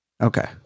Okay